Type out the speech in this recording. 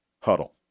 huddle